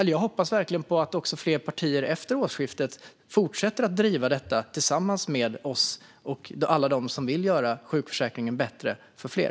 Jag hoppas verkligen att fler partier även efter årsskiftet fortsätter att driva detta tillsammans med oss och alla dem som vill göra sjukförsäkringen bättre för fler.